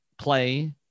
play